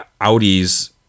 Audis